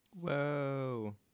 Whoa